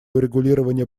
урегулирования